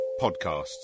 podcasts